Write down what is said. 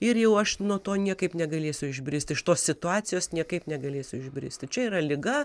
ir jau aš nuo to niekaip negalėsiu išbristi iš tos situacijos niekaip negalėsiu išbristi čia yra liga